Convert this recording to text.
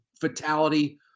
fatality